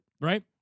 Right